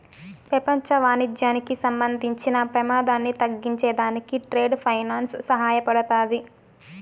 పెపంచ వాణిజ్యానికి సంబంధించిన పెమాదాన్ని తగ్గించే దానికి ట్రేడ్ ఫైనాన్స్ సహాయపడతాది